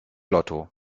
lotto